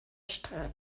schritt